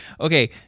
okay